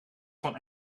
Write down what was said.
van